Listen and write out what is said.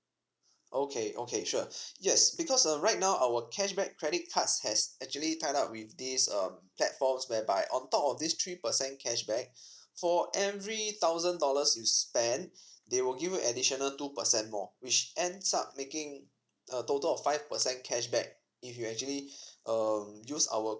okay okay sure yes because uh right now our cashback credit cards has actually tied up with this um platforms whereby on top of this three percent cashback for every thousand dollars you spend they will give you additional two percent more which adds up making a total of five percent cashback if you actually um use our